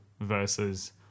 versus